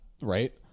right